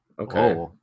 okay